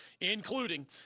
including